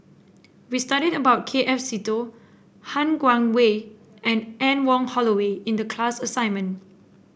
we studied about K F Seetoh Han Guangwei and Anne Wong Holloway in the class assignment